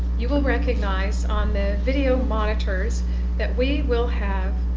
you will recognize on the video monitors that we will have